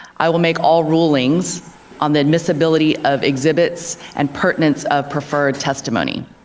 i will make all rulings on the admissibility of exhibits and pertinence of preferred testimony.